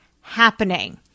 happening